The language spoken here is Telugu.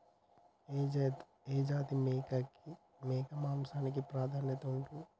ఏ జాతి మేక మాంసానికి ప్రాధాన్యత ఉంటది?